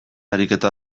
ariketa